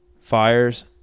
fires